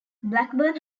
blackburn